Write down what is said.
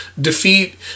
defeat